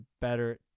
better